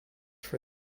for